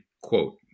quote